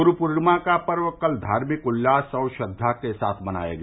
गुरू पूर्णिमा का पर्व कल धार्मिक उल्लास और श्रद्वा के साथ मनाया गया